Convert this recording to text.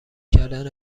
کردن